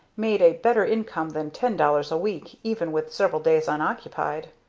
made a better income than ten dollars a week even with several days unoccupied.